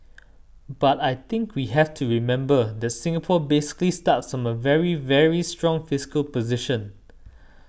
but I think we have to remember that Singapore basically starts from a very very strong fiscal position